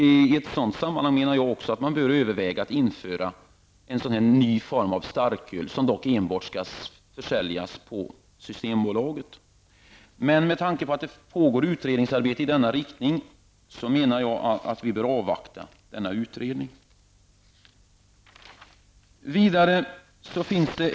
I ett sådant sammanhang menar jag också att man bör överväga att införa en ny form av starköl som enbart skall säljas på Systembolaget. Med tanke på att det pågår ett utredningsarbete i denna riktning menar jag att vi bör avvakta detta.